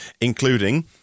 including